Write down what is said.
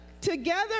Together